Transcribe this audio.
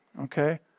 okay